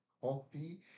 Coffee